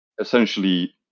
essentially